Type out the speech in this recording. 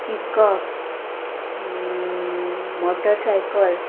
pickup motorcycle